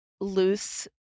loose